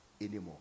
anymore